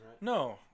No